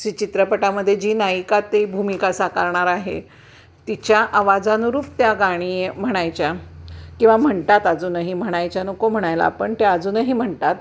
जी चित्रपटामध्ये जी नायिका ती भूमिका साकारणार आहे तिच्या आवाजानुरूप त्या गाणी म्हणायच्या किंवा म्हणतात अजूनही म्हणायच्या नको म्हणायला आपण त्या अजूनही म्हणतात